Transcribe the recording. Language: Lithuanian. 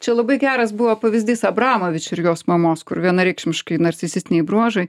čia labai geras buvo pavyzdys abramovič ir jos mamos kur vienareikšmiškai narcisistiniai bruožai